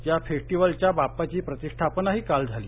या फेस्टीवलच्या बाप्पाची प्रतिष्ठापनाही काल झाली